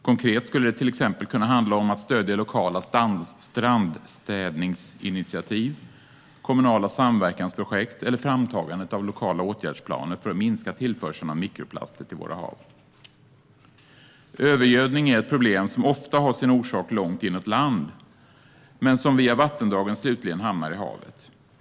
Konkret skulle det till exempel kunna handla om att stödja lokala strandstädningsinitiativ, kommunala samverkansprojekt eller framtagandet av lokala åtgärdsplaner för att minska tillförseln av mikroplaster till våra hav. Övergödning är ett problem som ofta har sin orsak långt inåt land men som via vattendragen slutligen hamnar i havet.